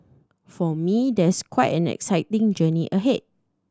for me there's quite an exciting journey ahead